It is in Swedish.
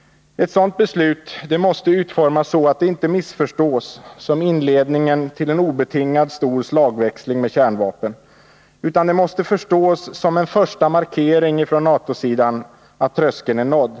Ett sådant beslut måste utformas så att det inte missförstås som inledningen till en obetingad stor slagväxling med kärnvapen, utan det måste förstås som en första markering från NATO-sidan att tröskeln är nådd.